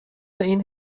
این